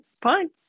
fine